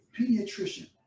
pediatrician